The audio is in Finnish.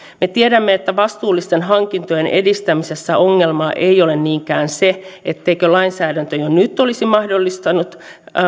me tiedämme että vastuullisten hankintojen edistämisessä ongelma ei ole niinkään se etteikö lainsäädäntö jo nyt olisi mahdollistanut